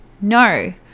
no